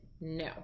No